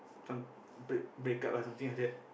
some break break up lah something like that